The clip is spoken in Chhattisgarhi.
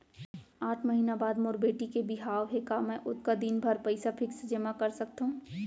आठ महीना बाद मोर बेटी के बिहाव हे का मैं ओतका दिन भर पइसा फिक्स जेमा कर सकथव?